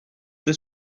the